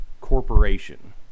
corporation